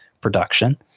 production